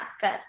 good